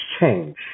change